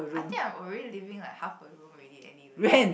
I think I'm already living like half a room already anyway